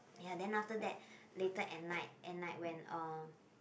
ya then after that later at night at night when uh